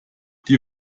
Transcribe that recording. die